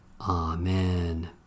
Amen